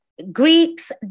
Greeks